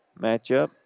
matchup